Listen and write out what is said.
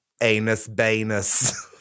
anus-banus